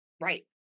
right